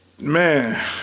man